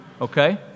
Okay